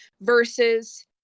versus